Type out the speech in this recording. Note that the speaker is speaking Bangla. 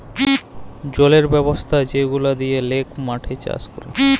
জলের ব্যবস্থা যেগলা দিঁয়ে লক মাঠে চাষ ক্যরে